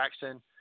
Jackson